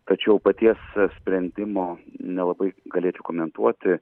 tačiau paties sprendimo nelabai galėčiau komentuoti